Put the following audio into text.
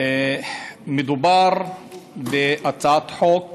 מדובר בהצעת חוק